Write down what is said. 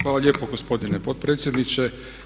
Hvala lijepo gospodine potpredsjedniče.